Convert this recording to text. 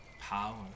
power